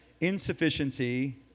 insufficiency